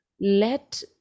let